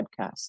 podcast